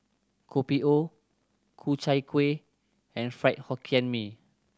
Kopi O Ku Chai Kueh and Fried Hokkien Mee